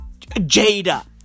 Jada